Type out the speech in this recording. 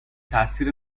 تاثیر